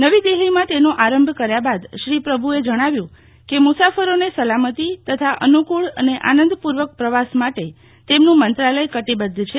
નવી દીલ્હીમાં તેનો આરંભ કર્યા બાદ શ્રી પ્રભુએ જજ્ઞાવ્યું કે મુસાફરોને સલામતિ તથા અનૂકૂળ અને આનંદપૂર્વક પ્રવાસ માટે તેમનું મંત્રાલય કટિબદ્ધ છે